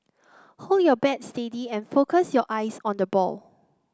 hold your bat steady and focus your eyes on the ball